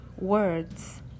words